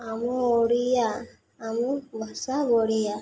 ଆମ ଓଡ଼ିଆ ଆମ ଭାଷା ଓଡ଼ିଆ